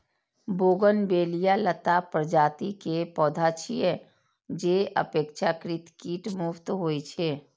bougainvillea लता प्रजाति के पौधा छियै, जे अपेक्षाकृत कीट मुक्त होइ छै